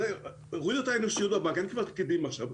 הורידו את האנושיות בבנק וכמעט ואין פקידים עכשיו,